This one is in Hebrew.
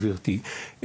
גברתי,